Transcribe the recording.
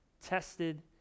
tested